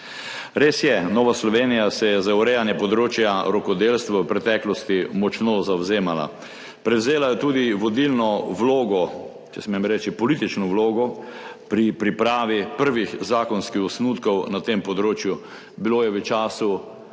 Res je, Nova Slovenija se je za urejanje področja rokodelstva v preteklosti močno zavzemala. Prevzela je tudi vodilno vlogo, če smem reči, politično vlogo pri pripravi prvih zakonskih osnutkov na tem področju. Bilo je v času vlade